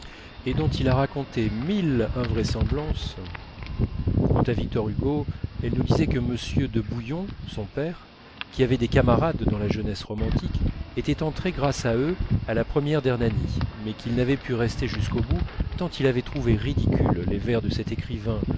et dont il a raconté mille invraisemblances quant à victor hugo elle nous disait que m de bouillon son père qui avait des camarades dans la jeunesse romantique était entré grâce à eux à la première d'hernani mais qu'il n'avait pu rester jusqu'au bout tant il avait trouvé ridicules les vers de cet écrivain